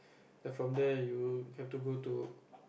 then from there you have to go to